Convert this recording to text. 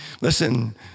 Listen